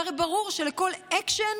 והרי ברור שלכל אקשן,